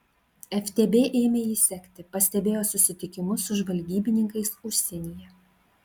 ftb ėmė jį sekti pastebėjo susitikimus su žvalgybininkais užsienyje